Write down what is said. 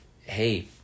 hey